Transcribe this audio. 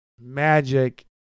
Magic